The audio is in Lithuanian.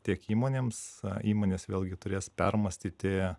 tiek įmonėms įmonės vėlgi turės permąstyti